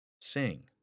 Sing